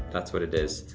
that's what it is.